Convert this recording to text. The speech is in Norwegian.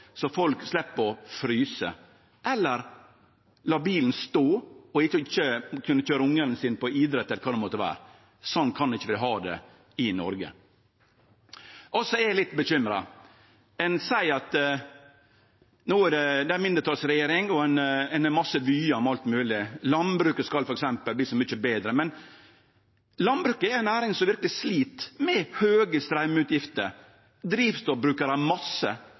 så folk slepp å fryse – eller å måtte la bilen stå og ikkje kunne køyre ungane sine til idrett eller kva det måtte vere. Sånn kan vi ikkje ha det i Noreg. Så er eg litt bekymra. Vi har ei mindretalsregjering, og ein har masse vyar om alt mogleg. Landbruket skal f.eks. verte så mykje betre. Men landbruket er ei næring som verkeleg slit med høge straumutgifter, som bruker ein masse